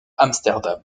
amsterdam